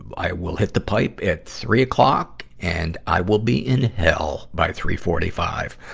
ah i will hit the pipe at three o'clock, and i will be in hell by three forty five.